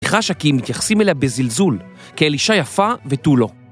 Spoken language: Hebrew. חשקים מתייחסים אליה בזלזול, כאל אישה יפה ותו לא.